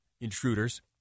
intruders